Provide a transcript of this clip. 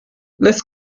less